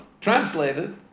translated